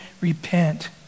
repent